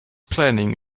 planning